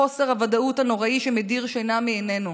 חוסר הוודאות הנורא מדיר שינה מעינינו.